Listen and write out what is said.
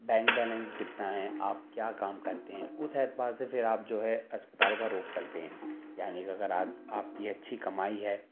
bank balance کتنا ہے آپ کیا کام کرتے ہیں اس اعتبار سے پھر آپ جو ہے اسپتال کا رکھ کرتے ہیں یعنی اگر آپ کی اچھی کمائی ہے